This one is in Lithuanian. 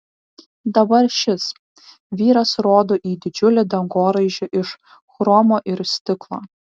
dabar šis vyras rodo į didžiulį dangoraižį iš chromo ir stiklo